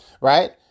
right